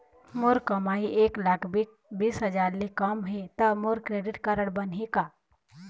मोर कमाई एक लाख बीस हजार ले कम हे त मोर क्रेडिट कारड बनही का?